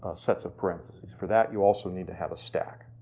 sets of parentheses. for that you also need to have a stack.